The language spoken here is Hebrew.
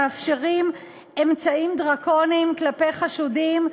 מאפשרים אמצעים דרקוניים כלפי חשודים,